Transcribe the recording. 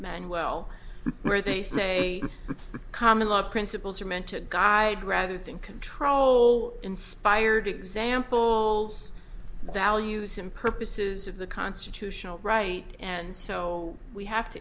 man well where they say common law principles are meant to guide rather than control inspired example values and purposes of the constitutional right and so we have to